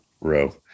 row